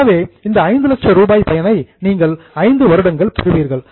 எனவே இந்த 5 லட்சம் ரூபாய் பயனை நீங்கள் 5 வருடங்கள் பெறுவீர்கள்